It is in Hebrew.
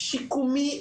שיקומי,